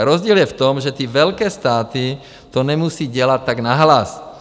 Rozdíl je v tom, že ty velké státy to nemusí dělat tak nahlas.